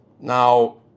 Now